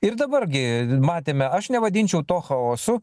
ir dabar gi matėme aš nevadinčiau to chaosu